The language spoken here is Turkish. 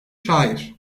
şair